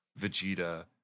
Vegeta